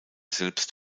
selbst